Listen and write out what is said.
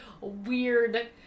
weird